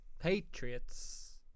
Patriots